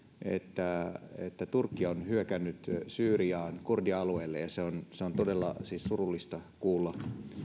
että että turkki on hyökännyt syyriaan kurdialueelle ja se on se on todella siis surullista kuulla